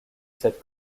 cette